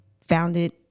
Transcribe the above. founded